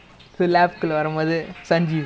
ya யாரு:yaaru haresh ah